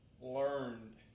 learned